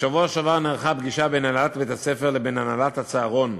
בשבוע שעבר נערכה פגישה בין הנהלת בית-הספר לבין הנהלת הצהרון,